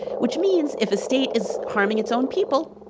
which means if a state is harming its own people,